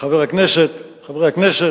חברי הכנסת,